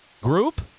Group